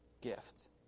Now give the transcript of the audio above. gift